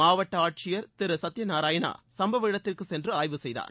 மாவட்ட ஆட்சியர் திரு சத்திய நாராயணா சும்பவ இடத்திற்கு சென்று ஆய்வு செய்தார்